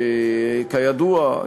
כידוע,